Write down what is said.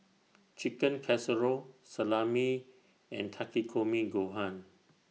Chicken Casserole Salami and Takikomi Gohan